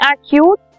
acute